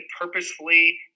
purposefully